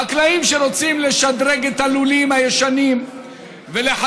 חקלאים שרוצים לשדרג את הלולים הישנים ולחדש